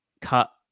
cut